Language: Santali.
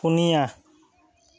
ᱯᱩᱱᱤᱭᱟ